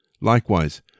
Likewise